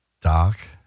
Doc